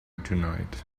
tonight